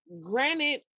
Granted